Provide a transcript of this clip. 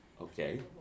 Okay